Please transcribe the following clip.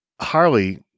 Harley